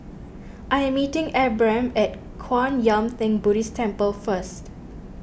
I am meeting Abram at Kwan Yam theng Buddhist Temple first